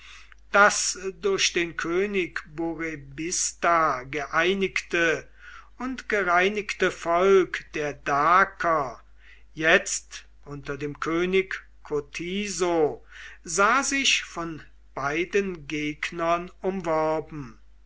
das durch den könig burebista geeinigte und gereinigte volk der daker jetzt unter dem könig cotiso sah sich von beiden gegnern umworben